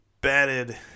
batted